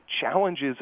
challenges